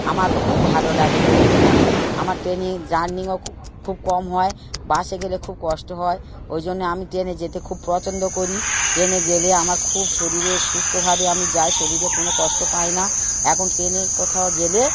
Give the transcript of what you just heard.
আমার খুব ভালো লাগে ট্রেনে যেতে আমার ট্রেনে জার্নিও খুব খুব কম হয় বাসে গেলে খুব কষ্ট হয় ওই জন্যে আমি ট্রেনে যেতে খুব পছন্দ করি ট্রেনে গেলে আমার খুব শরীরে সুস্থভাবে আমি যাই শরীরে কোনো কষ্ট পাই না এখন ট্রেনে কোথাও গেলে